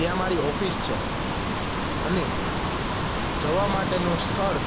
ત્યાં મારી ઓફિસ છે અને જવા માટેનું સ્થળ